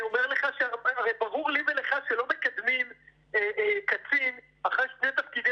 הרי ברור לי ולך שלא מקדמים קצין אחרי שני תפקידי